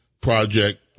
project